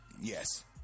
Yes